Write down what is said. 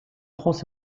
france